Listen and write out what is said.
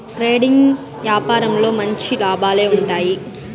trading యాపారంలో మంచి లాభాలే ఉంటాయి